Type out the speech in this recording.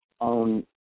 own